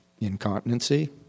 Incontinency